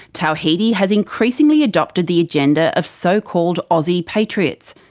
tawhidi has increasingly adopted the agenda of so-called aussie patriots.